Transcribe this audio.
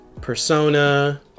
Persona